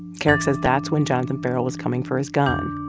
kerrick says that's when jonathan ferrell was coming for his gun.